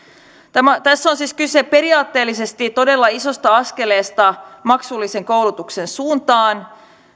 tässä on siis kyse periaatteellisesti todella isosta askeleesta maksullisen koulutuksen suuntaan